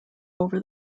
over